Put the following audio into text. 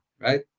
right